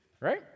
right